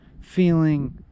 feeling